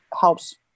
helps